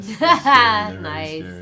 Nice